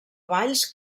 balls